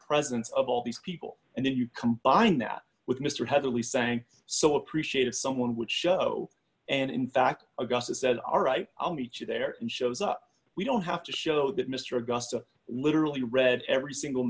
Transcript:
presence of all these people and then you combine that with mr heavily sank so appreciative someone would show and in fact augusta said all right i'll meet you there and shows up we don't have to show that mr gusta literally read every single